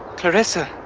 clarissa.